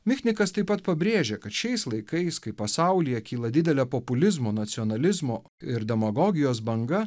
michnikas taip pat pabrėžia kad šiais laikais kai pasaulyje kyla didelė populizmo nacionalizmo ir demagogijos banga